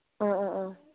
ꯑ ꯑ ꯑ